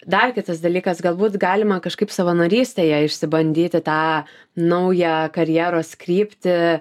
dar kitas dalykas galbūt galima kažkaip savanorystėje išsibandyti tą naują karjeros kryptį